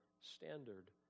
standard